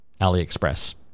AliExpress